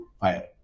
fire